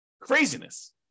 Craziness